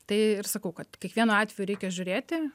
tai ir sakau kad kiekvienu atveju reikia žiūrėti